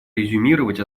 резюмировать